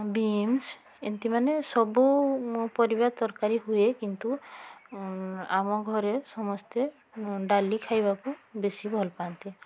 Beames ଏନ୍ତି ମାନେ ସବୁ ପରିବା ତରକାରୀ ହୁଏ କିନ୍ତୁ ଆମଘରେ ସମସ୍ତେ ଡାଲି ଖାଇବାକୁ ବେଶି ଭଲପାଆନ୍ତି